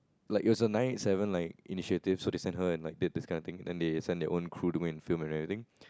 like it was a nine eight seven like initiative so they send her and like did this kind of thing then they send their own crew to go and film and everything